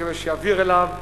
רק כדי שיעביר אליו.